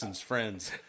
friends